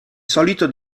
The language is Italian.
solito